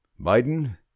Biden